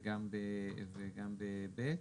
וגם ב-(ב)?